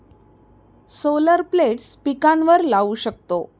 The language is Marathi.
सोलर प्लेट्स पिकांवर लाऊ शकतो